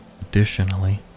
Additionally